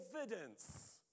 evidence